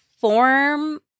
form